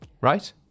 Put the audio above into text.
right